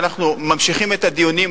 אנחנו ממשיכים את הדיונים,